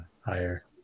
higher